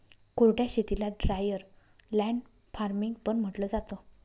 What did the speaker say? कोरड्या शेतीला dryer land farming पण म्हंटलं जातं